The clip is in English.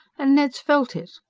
and ned's felt it.